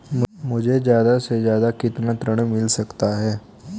मुझे ज्यादा से ज्यादा कितना ऋण मिल सकता है?